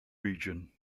region